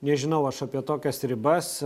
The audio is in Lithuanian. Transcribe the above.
nežinau aš apie tokias ribas